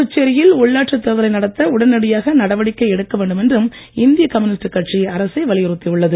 புதுச்சேரியில் உள்ளாட்சித் தேர்தலை நடத்த உடனடியாக நடவடிக்கை எடுக்க வேண்டும் என்று இந்திய கம்யூனிஸ்ட் கட்சி அரசை வலியுறுத்தியுள்ளது